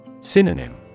Synonym